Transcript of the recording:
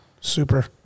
Super